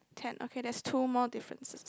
ten okay there's two more differences